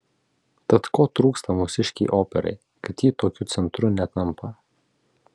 tad ko trūksta mūsiškei operai kad ji tokiu centru netampa